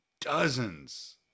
dozens